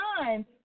time